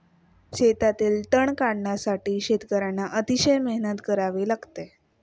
शेतातील तण काढण्यासाठी शेतकर्यांना अतिशय मेहनत करावी लागते